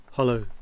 Hello